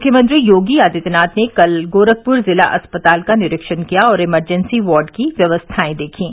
मुख्यमंत्री योगी आदित्यनाथ ने कल गोरखपुर जिला अस्पताल का निरीक्षण किया और इमरजेंसी वार्ड की व्यवस्थाए देखीं